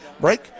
break